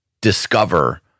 discover